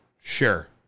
Sure